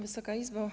Wysoka Izbo!